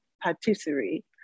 patisserie